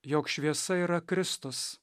jog šviesa yra kristus